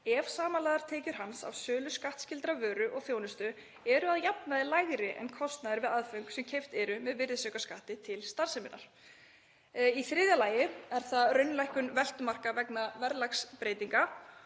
ef samanlagðar tekjur hans af sölu skattskyldrar vöru og þjónustu eru að jafnaði lægri en kostnaður við aðföng sem keypt eru með virðisaukaskatti til starfseminnar. 3. Raunlækkun veltumarka vegna verðlagsbreytinga.